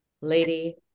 Lady